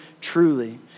truly